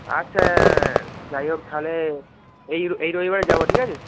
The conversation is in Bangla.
আচ্ছা যাই হোক তাহলে এই এই রবিবারে যাব ঠিক আছে